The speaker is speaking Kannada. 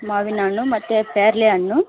ಮಾವಿನ ಹಣ್ಣು ಮತ್ತು ಪೇರ್ಲೆ ಹಣ್ಣು